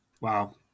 Wow